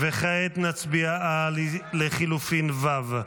כעת נצביע על לחלופין ו'.